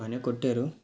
బాగానే కొట్టారు